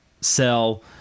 sell